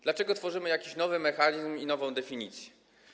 Dlaczego tworzymy jakiś nowy mechanizm i nową definicję?